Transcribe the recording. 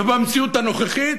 ובמציאות הנוכחית,